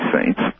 saints